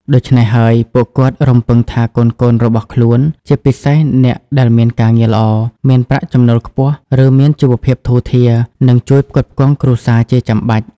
ដូច្នេះហើយ ពួកគាត់រំពឹងថាកូនៗរបស់ខ្លួន ជាពិសេសអ្នកដែលមានការងារល្អ មានប្រាក់ចំណូលខ្ពស់ ឬមានជីវភាពធូរធារ នឹងជួយផ្គត់ផ្គង់គ្រួសារជាចាំបាច់។